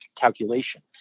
calculation